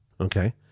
okay